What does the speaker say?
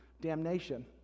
Damnation